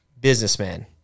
businessman